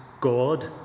God